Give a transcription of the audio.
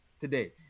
Today